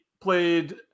played